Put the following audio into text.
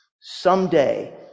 someday